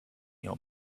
your